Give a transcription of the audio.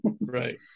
right